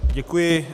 Děkuji.